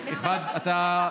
אתה,